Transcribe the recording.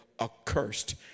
accursed